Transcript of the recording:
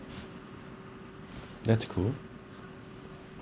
that's cool